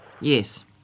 Yes